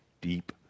deep